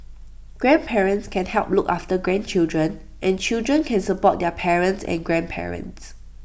grandparents can help look after grandchildren and children can support their parents and grandparents